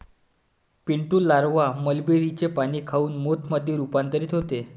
Pintu larva मलबेरीचे पाने खाऊन मोथ मध्ये रूपांतरित होते